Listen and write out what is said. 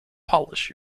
polish